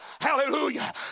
Hallelujah